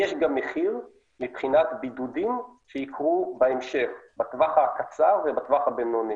יש גם מחיר מבחינת בידודים שייקרו בהמשך בטווח הקצר ובטווח הבינוני.